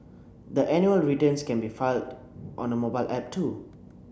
the annual returns can be filed on a mobile app too